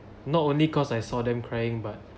not only 'cos I saw them crying but